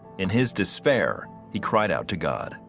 in his despair, he cried out to god.